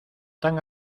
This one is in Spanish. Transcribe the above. tan